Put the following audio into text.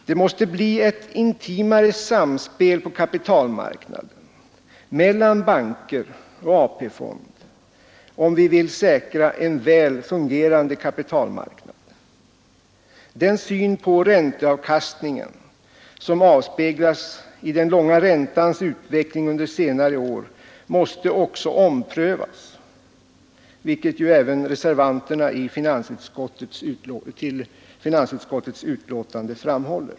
Det måste bli ett intimare samspel på kapitalmarknaden mellan banker och AP-fonden om vi vill säkra en väl fungerande kapitalmarknad. Den syn på ränteavkastningen som avspeglas i den långa räntans utveckling under senare år måste också omprövas, vilket även reservanterna till finansutskottets betänkande framhåller.